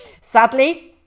Sadly